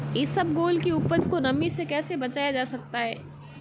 इसबगोल की उपज को नमी से कैसे बचाया जा सकता है?